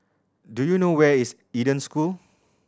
do you know where is Eden School